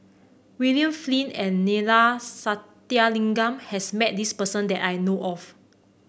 William Flint and Neila Sathyalingam has met this person that I know of